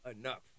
enough